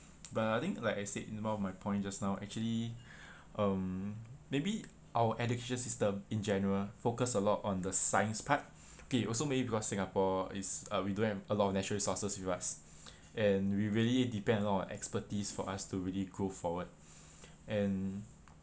but I think like I said in one of my point just now actually um maybe our education system in general focused a lot on the science part okay also maybe because singapore is uh we don't have a lot of natural resources with us and we really depend a lot on expertise for us to really go forward and